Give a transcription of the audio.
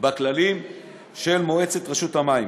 בכללים של מועצת רשות המים,